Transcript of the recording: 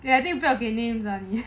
!aiya! I think 不要给 names lah 你